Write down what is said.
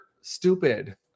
stupid